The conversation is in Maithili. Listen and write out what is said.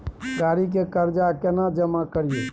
गाड़ी के कर्जा केना जमा करिए?